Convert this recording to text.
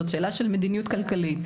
זאת שאלה של מדיניות כלכלית,